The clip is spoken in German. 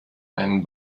einen